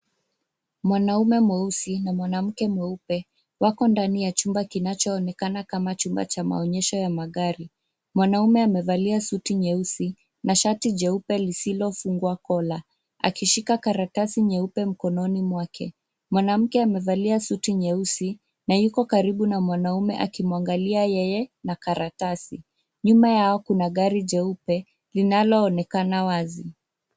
Mwanaume mweusi na mwanamke mweupe wako ndani ya chumba kinachoonekana kama chumba cha maonyesho ya magari. Mwanaume amevalia suti nyeusi na shati jeupe lisilofungwa kola akishika karatasi nyeupe mkononi mwake. Mwanamke amevalia suti nyeusi na yuko karibu na mwanaume akimwangalia yeye na karatasi. Nyuma yao kuna jeupe linaloonekana wazi.